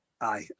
Aye